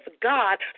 God